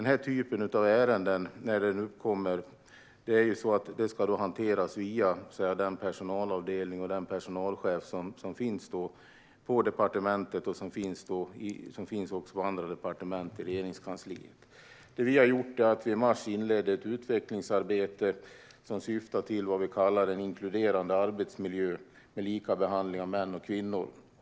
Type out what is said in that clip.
När ärenden som dessa uppkommer ska de hanteras via den personalavdelning och personalchef som finns på departementet, och samma sak gäller även på andra departement inom Regeringskansliet. I mars inledde vi ett utvecklingsarbete som syftar till vad vi kallar en inkluderande arbetsmiljö med likabehandling av män och kvinnor.